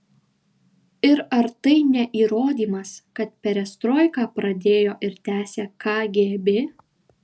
ir ar tai ne įrodymas kad perestroiką pradėjo ir tęsia kgb